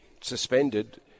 suspended